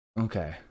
Okay